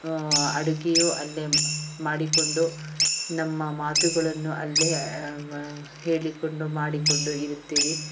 ಅಡುಗೆಯೂ ಅಲ್ಲೇ ಮಾಡಿಕೊಂಡು ನಮ್ಮ ಮಾತುಗಳನ್ನು ಅಲ್ಲೇ ಹೇಳಿಕೊಂಡು ಮಾಡಿಕೊಂಡು ಇರುತ್ತೀರಿ